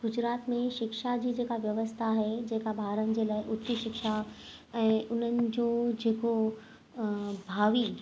गुजरात में शिक्षा जी जेका व्यवस्था आहे जेका ॿारनि जे लाइ उच शिक्षा ऐं उन्हनि जो जेको भावी